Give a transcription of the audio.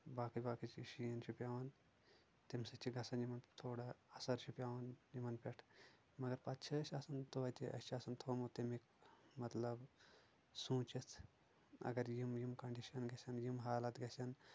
باقٕے باقٕے چھ شیٖن چھُ پٮ۪وان تمہِ سۭتۍ چھُ گژھان یِمن تھوڑا اثر چھُ پٮ۪وان یِمن پٮ۪ٹھ مگر پتہٕ چھِ أسۍ آسان تویتہِ اسہِ چھُ آسان تھوٚومُت تمیُک مطلب سونٛچتھ اگر یِم یِم کنڈِشن گژھَن یِم حالات گژھَن